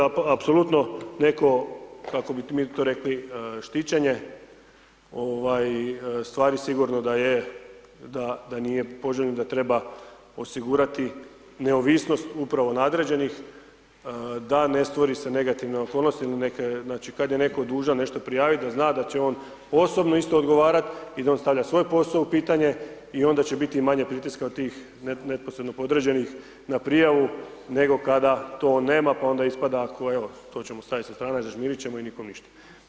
Apsolutno netko kako bi mi to rekli, štićenje stvari sigurno da nije poželjno da treba osigurati neovisnost upravo nadređenih da ne stvore se negativne okolnosti ili neke, znači kad neko dužan nešto prijaviti da zna da će on osobno isto odgovarat i da on stavlja svoj poso u pitanje i onda će bit i manje pritiska od tih neposredno podređenih na prijavu nego kada to nema pa ona ispada ko evo to ćemo stavit sa strane, zažmirit ćemo i nikom ništa.